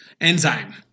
Enzyme